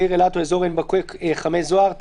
העיר אילת או אזור עין בוקק חמי זוהר),